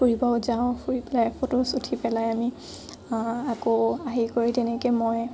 ফুৰিব যাওঁ ফুৰি পেলাই ফটোজ উঠি পেলাই আমি আকৌ আহি কৰি তেনেকৈ মই